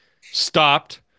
Stopped